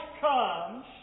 comes